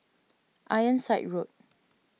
Ironside Road